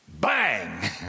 bang